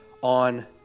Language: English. on